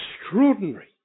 extraordinary